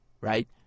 right